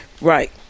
Right